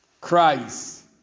Christ